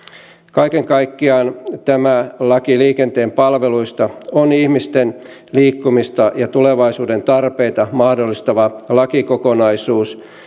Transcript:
kaiken kaikkiaan tämä laki liikenteen palveluista on ihmisten liikkumista ja tulevaisuuden tarpeita mahdollistava lakikokonaisuus